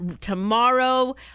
Tomorrow